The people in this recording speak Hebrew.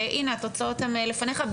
והנה התוצאות הן לפניך.